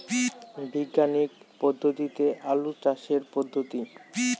বিজ্ঞানিক পদ্ধতিতে আলু চাষের পদ্ধতি?